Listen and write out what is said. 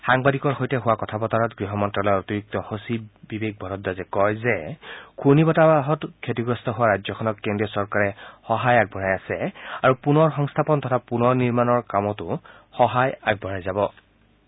সাংবাদিকৰ সৈতে হোৱা কথা বতৰাত গৃহমন্ত্যালয়ৰ অতিৰিক্ত সচিব বিবেক ভাৰদ্বাজে কয় যে ঘূৰ্ণি বতাহত ক্ষতিগ্ৰস্ত হোৱা ৰাজ্যখনক কেন্দ্ৰীয় চৰকাৰে সহায় আগবঢ়াই আছে আৰু পুনৰ সংস্থাপন তথা পুনৰ নিৰ্মাণৰ কামটো সহায় আগবঢ়াই থাকিব